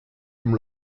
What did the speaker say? dem